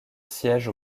siège